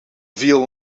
viel